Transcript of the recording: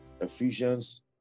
Ephesians